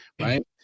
right